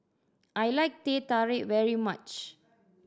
I like Teh Tarik very much